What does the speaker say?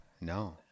no